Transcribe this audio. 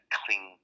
cling